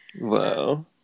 Wow